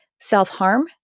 self-harm